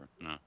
No